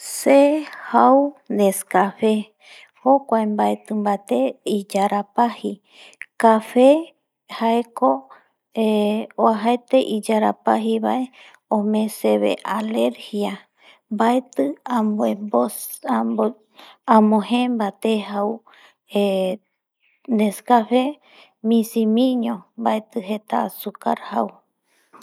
Se jau nescafe, jokuae baeti bate iyarapaji, cafe jaeko eh uajaete iyarapaji bae ome sebe alergia baeti amoje bate jau nescafe misimiño baeti jeta azucar jau.